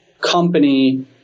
company